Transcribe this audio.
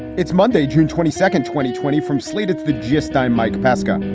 it's monday, june twenty second, twenty twenty from slate, it's the gist. i'm mike pesca.